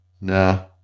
nah